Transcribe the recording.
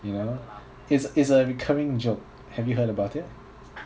it's it's a recurring joke have you heard about it